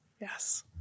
yes